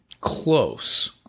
close